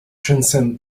transcend